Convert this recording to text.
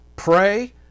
Pray